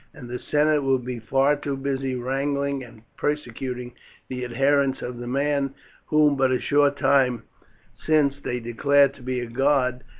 and the senate will be far too busy wrangling and persecuting the adherents of the man whom but a short time since they declared to be a god,